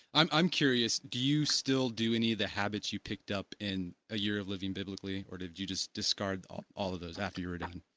i'm i'm curious, do you still do any of the habits you picked up in a year of living biblically or did you just discard all all of those after you're done?